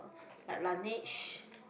like Laneige